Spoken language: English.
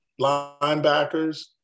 linebackers